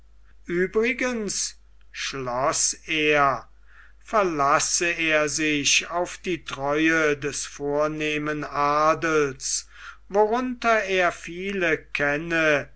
schloß er verlasse er sich auf die treue des vornehmen adels worunter er viele kenne